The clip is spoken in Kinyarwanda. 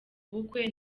bukwe